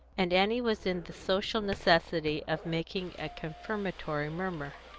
and annie was in the social necessity of making a confirmatory murmur.